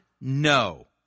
No